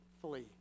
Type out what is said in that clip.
flee